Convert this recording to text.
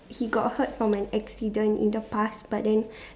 he got hurt from an accident in the past but then